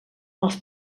els